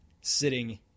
sitting